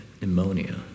Pneumonia